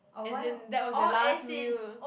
as in that was your last meal